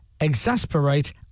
exasperate